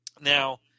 Now